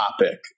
topic